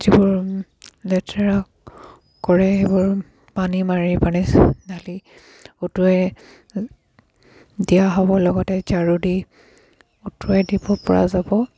যিবোৰ লেতেৰা কৰে সেইবোৰ পানী মাৰি পানী ঢালি উটুৱাই দিয়া হ'ব লগতে ঝাৰু দি উটুৱাই দিব পৰা যাব